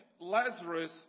Lazarus